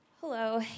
Hello